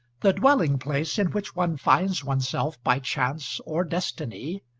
the dwelling-place in which one finds oneself by chance or destiny,